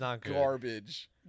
garbage